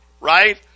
right